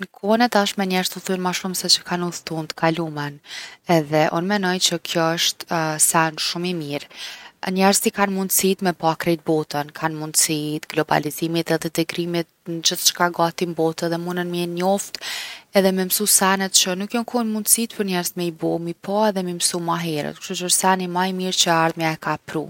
N’kohën e tashme njerzt udhëtojnë ma shumë se që kan udhtu n’tkalumen edhe unë menoj që kjo osht sen shum’ i mir’. Njerzt i kan mundsitë me e pa krejt botë. Kan mundsi t’globalizimit edhe t’integrimit n’gjithçka gati n’botë edhe munen m’i njoft edhe me msu sene që nuk jon kon mundsitë për njerzt me i bo, mi pa edhe mi msu ma herët. Kshtuqe osht seni ma i mirë që e ardhmja e ka pru.